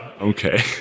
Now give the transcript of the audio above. Okay